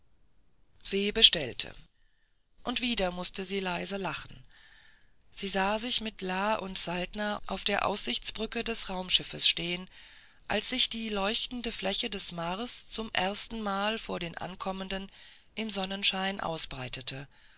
se bestellte und wieder mußte sie leise lachen sie sah sich mit la und saltner auf der aussichtsbrücke des raumschiffs stehen als sich die leuchtenden flächen des mars zum erstenmal vor den ankommenden im sonnenschein ausbreiteten